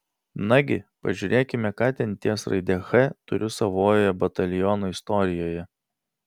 nagi pažiūrėkime ką ten ties raide ch turiu savojoje bataliono istorijoje